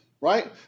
right